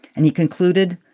and he concluded,